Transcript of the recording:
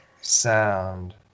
sound